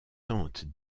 tentent